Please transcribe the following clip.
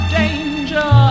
danger